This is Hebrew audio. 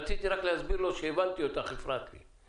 רציתי רק להסביר שהבנתי אותך, הפרעת לי.